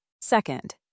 Second